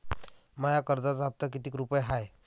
माया कर्जाचा हप्ता कितीक रुपये हाय?